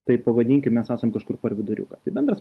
tai pavadinkim mes esam kažkur per viduriuką tai bendras